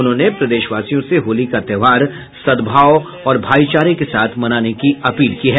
उन्होंने प्रदेशवासियों से होली का त्योहार सद्भाव और भाईचारा के साथ मनाने की अपील की है